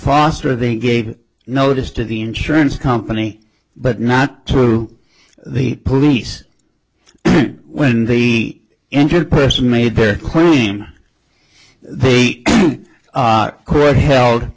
foster they gave notice to the insurance company but not to the police when the injured person made the claim the cook held